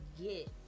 get